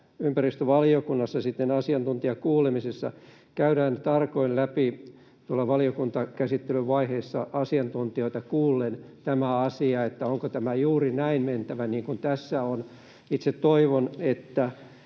ympäristövaliokunnassa sitten asiantuntijakuulemisissa käydään tarkoin läpi valiokuntakäsittelyvaiheessa asiantuntijoita kuullen tämä asia, että onko tämän mentävä juuri näin niin kuin tässä on. Toivon, että